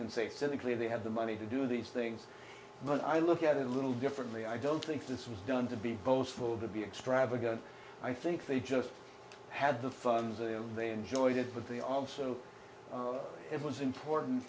can say cynically they have the money to do these things when i look at it a little differently i don't think this was done to be boastful to be extravagant i think they just had the funds and they enjoyed it but they also it was important